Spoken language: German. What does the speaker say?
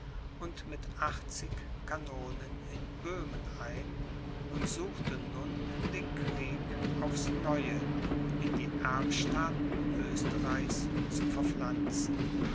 und mit achtzig kanonen in böhmen ein und suchte nun den krieg aufs neue in die erbstaaten oesterreichs zu verpflanzen